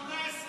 גפני,